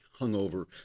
hungover